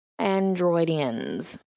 Androidians